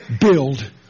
build